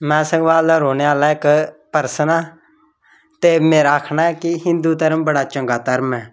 में संगवाल दा रौह्ने आह्ला इक पर्सन आं ते मेरा आखना ऐ कि हिंदू धर्म बड़ा चंगा धर्म ऐ